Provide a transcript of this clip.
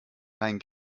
rein